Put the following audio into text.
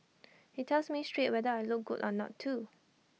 he tells me straight whether I look good or not too